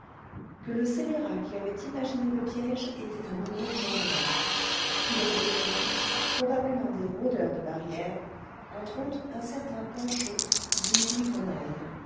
que le scélérat qui avait imaginé le piège était un nommé jondrette qu'il aurait des complices probablement des rôdeurs de barrières entre autres un certain panchaud dit